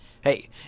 Hey